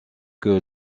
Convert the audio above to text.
que